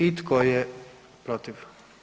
I tko je protiv?